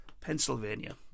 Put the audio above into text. pennsylvania